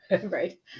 Right